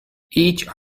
each